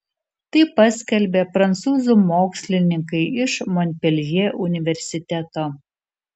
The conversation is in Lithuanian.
tai paskelbė prancūzų mokslininkai iš monpeljė universiteto